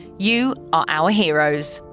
you are our heroes!